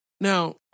Now